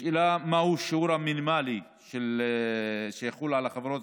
השאלה מהו השיעור המינימלי שיחול על החברות